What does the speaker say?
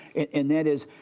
and that is,